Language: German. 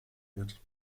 wird